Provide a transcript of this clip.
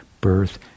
Birth